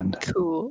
Cool